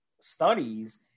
studies